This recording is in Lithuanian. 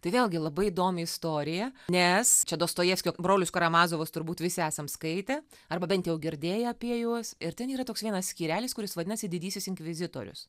tai vėlgi labai įdomi istorija nes čia dostojevskio brolius karamazovus turbūt visi esam skaitę arba bent jau girdėję apie juos ir ten yra toks vienas skyrelis kuris vadinasi didysis inkvizitorius